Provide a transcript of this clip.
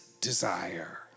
desire